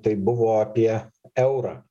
tai buvo apie eurą